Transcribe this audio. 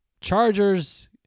Chargers